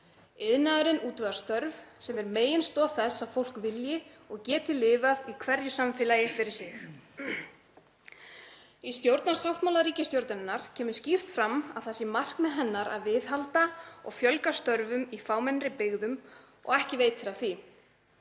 Iðnaðurinn útvegar störf sem er meginstoð þess að fólk vilji og geti lifað í hverju samfélagi fyrir sig. Í stjórnarsáttmála ríkisstjórnarinnar kemur skýrt fram að það sé markmið hennar að viðhalda og fjölga störfum í fámennari byggðum og ekki veitir af því.